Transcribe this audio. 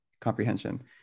comprehension